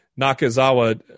Nakazawa